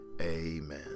amen